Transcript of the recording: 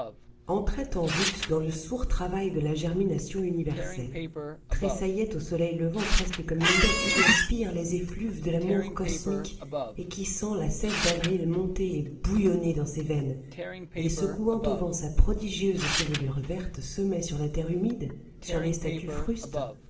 entrait en rut dans le sourd travail de la germination universelle tressaillait au soleil levant presque comme une bête qui aspire les effluves de l'amour cosmique et qui sent la sève d'avril monter et bouillonner dans ses veines et secouant au vent sa prodigieuse chevelure verte semait sur la terre humide sur les statues frustes